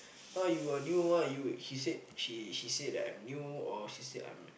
!huh! you are new ah you she said she she said that I'm new or she said I'm